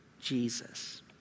Jesus